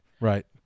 right